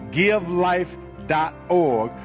givelife.org